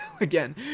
again